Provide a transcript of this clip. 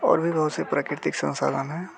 और भी बहुत सी प्रक्रतिक संसाधन हैं